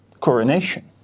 coronation